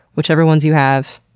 whichever ones you have,